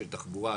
תחבורה,